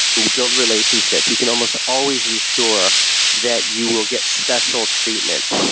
and you build relationships, you can almost always ensure that you will get special treatment.